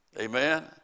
Amen